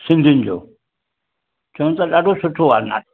सिंधियुनि जो चवनि था ॾाढो सुठो आहे नाटक